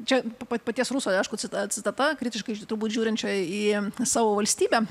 čia pa pa paties ruso aišku cita citata kritiškai turbūt žiūrinčio į savo valstybę